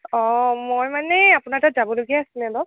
অঁ মই মানে আপোনাৰ তাত যাবলগীয়া আছিলে অলপ